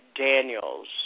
Daniels